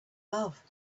love